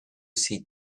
see